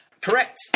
Correct